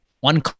One